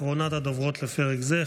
אחרונת הדוברות לפרק זה,